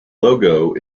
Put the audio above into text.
logo